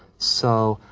so,